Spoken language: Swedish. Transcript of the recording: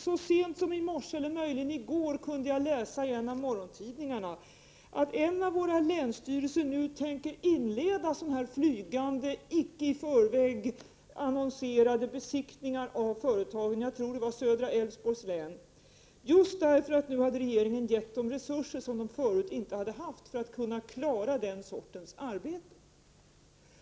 Så sent som i morse, eller möjligen i går, kunde jag läsa i en av morgontidningarna att en av våra länsstyrelser skall börja med flygande och icke i förväg annonserade besiktningar av företagen — jag tror det var i södra Älvsborgs län — just därför att regeringen nu hade gett dem resurser som de förut inte hade haft för att klara den sortens arbete.